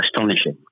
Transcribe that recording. astonishing